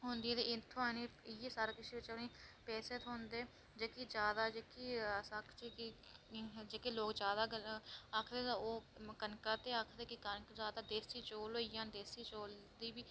होंदी ऐ ते एह् पानी एह् सारा सिस्टम पैसे थ्होंदे न भी असां जेह्के जेह्के लोग जादा करन ओह् कनकां बी आखदे की मतलब देसी चौल होई जान देसी